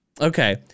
Okay